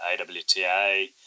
AWTA